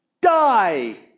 Die